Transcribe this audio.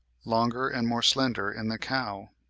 longer and more slender in the cow.